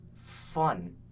fun